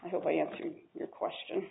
i hope i answered your question